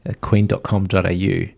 queen.com.au